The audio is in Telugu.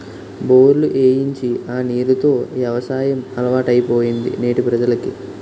బోర్లు ఏయించి ఆ నీరు తో యవసాయం అలవాటైపోయింది నేటి ప్రజలకి